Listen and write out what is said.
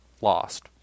lost